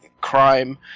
crime